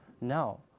No